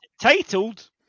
titled